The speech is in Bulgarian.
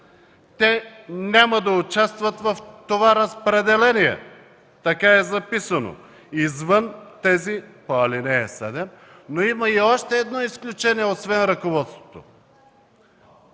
те няма да участват в това разпределение, така е записано, извън тези по ал. 7. Но има и още едно изключение освен ръководството